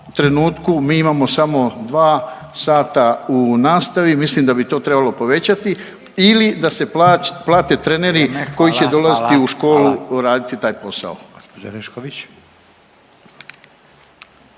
trenutku mi imamo samo dva sata u nastavi. Mislim da bi to trebalo povećati ili da se plate treneri koji će dolaziti u školu … …/Upadica